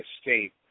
*Escape*